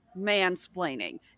mansplaining